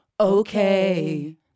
okay